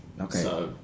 Okay